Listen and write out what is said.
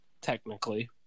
technically